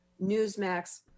Newsmax